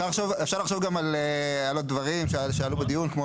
אפשר לחשוב גם על הדברים שעלו בדיון כמו